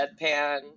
deadpan